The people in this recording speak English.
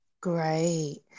Great